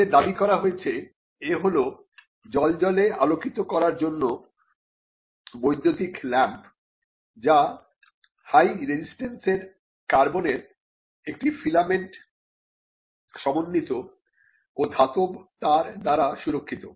তাতে দাবি করা হয়েছে এ হল জ্বলজ্বলে আলোকিত করার জন্য বৈদ্যুতিক ল্যাম্প যা হাই রেজিস্ট্যান্সের কার্বনের একটি ফিলামেন্ট সমন্বিত ও ধাতব তার দ্বারা সুরক্ষিত